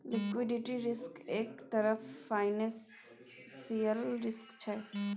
liquidity risk एक तरहक financial risk छै